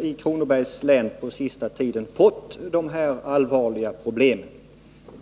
i Kronobergs län på sista 153 tiden fått en del kommuner med verkligt allvarliga problem.